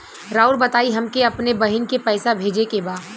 राउर बताई हमके अपने बहिन के पैसा भेजे के बा?